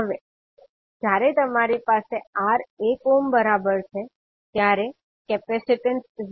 હવે જ્યારે તમારી પાસે R 1 ઓહ્મ બરાબર છે પછી C 0